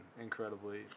incredibly